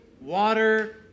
water